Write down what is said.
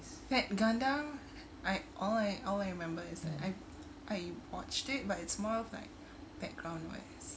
fact gundam I all I all I remember is I I watched it but it's more of like background noise